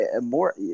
more